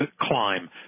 climb